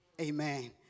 Amen